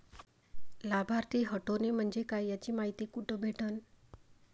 लाभार्थी हटोने म्हंजे काय याची मायती कुठी भेटन?